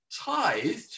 tithed